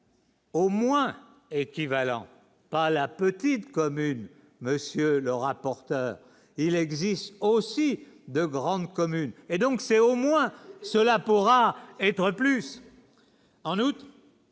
Au moins équivalent pas la petite commune, monsieur le rapporteur, il existe aussi de grandes communes, et donc c'est au moins cela pourra être plus en août.